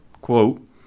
quote